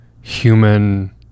human